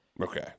Okay